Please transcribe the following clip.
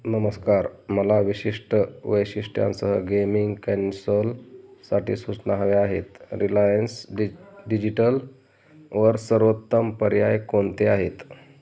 नमस्कार मला विशिष्ट वैशिष्ट्यांसह गेमिंग कॅन्सलसाठी सूचना हव्या आहेत रिलायन्स डिज डिजिटल वर सर्वोत्तम पर्याय कोणते आहेत